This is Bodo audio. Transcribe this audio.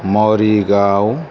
मरिगाव